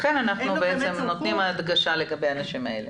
לכן אנחנו נותנים הדגשה לגבי האנשים האלה.